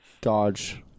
Dodge